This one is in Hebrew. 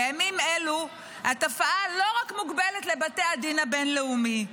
בימים אלו התופעה לא רק מוגבלת לבתי הדין הבין-לאומי,